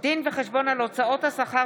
תוכנית ותשדיר